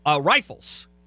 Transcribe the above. rifles